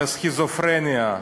על הסכיזופרניה,